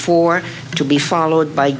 four to be followed by